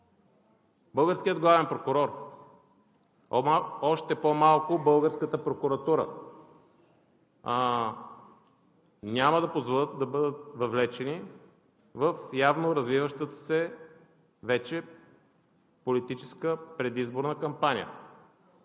българският главен прокурор, още по-малко българската прокуратура, няма да позволят да бъдат въвлечени в явно развиващата се вече политическа предизборна кампания.